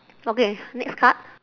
okay next card